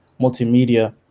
multimedia